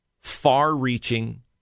far-reaching